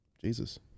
Jesus